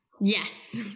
Yes